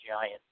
giant